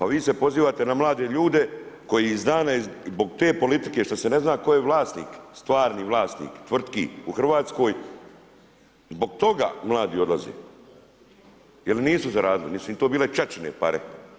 A vi se pozivate na mlade ljudi, koji iz dana, zbog te politike što se ne zna tko je vlasnik, stvarni vlasnik tvrtki u Hrvatskoj, zbog toga mladi odlaze, jer nisu zaradili, niti su im to bile ćaćine pare.